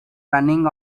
running